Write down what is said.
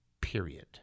Period